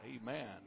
Amen